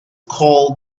called